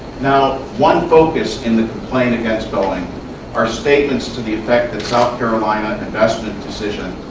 now, one focus in the complaint against boeing are statements to the effect that south carolina investment decision,